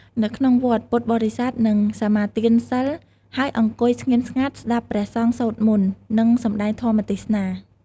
នៅក្នុងវត្ត ពុទ្ធបរិស័ទនឹងសមាទានសីល ហើយអង្គុយស្ងៀមស្ងាត់ស្ដាប់ព្រះសង្ឃសូត្រមន្ត និងសម្ដែងធម៌ទេសនា។